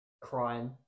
crime